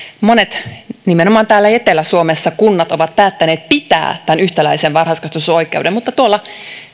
monet kunnat nimenomaan täällä etelä suomessa ovat päättäneet pitää tämän yhtäläisen varhaiskasvatusoikeuden mutta tuolla